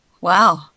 Wow